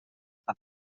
fam